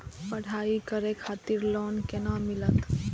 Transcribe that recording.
पढ़ाई करे खातिर लोन केना मिलत?